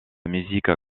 musique